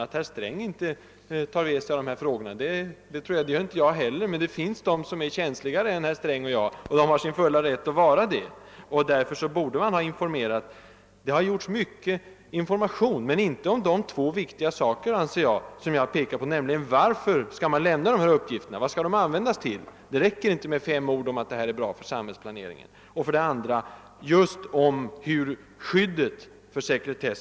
Herr Sträng tar inte illa vid sig av dessa frågor, 'och det 'gör inte jag heller. Men det finns människor som är känsligare än herr Sträng och jag, och de är i sin fulla rätt att vara det. Därför borde man ha lämnat en bättre information. Det har förekommit mycken information men inte om de två viktiga saker som jag pekade på. Det gäller för det första varför dessa uppgifter måste lämnas och vad de skall användas till — det räcker inte med fem ord om att detta är bra för samhällsplaneringen och för det andra hur just sekretesskyddet är utformat.